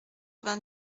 vingt